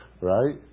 right